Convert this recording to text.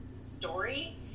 story